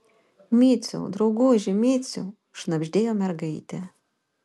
miciau drauguži miciau šnabždėjo mergaitė